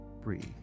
breathe